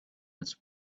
its